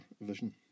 vision